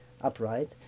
upright